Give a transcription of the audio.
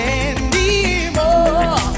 anymore